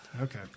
Okay